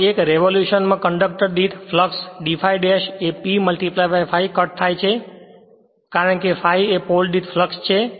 હવે એક રેવોલુશન માં કંડક્ટર દીઠ ફ્લક્સ d ∅ dash એ P ∅ કટ થાય છે કારણ કે ∅ એ પોલ દીઠ ફ્લક્સ છે